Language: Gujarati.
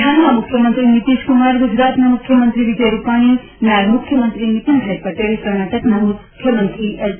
બિહારના મુખ્યમંત્રી નીતીશકુમાર ગુજરાતના મુખ્યમંત્રી વિજય રૂપાણી નાયબ મુખ્યમંત્રી નીતીન પટેલ કર્ણાટકના મુખ્યમંત્રી એચ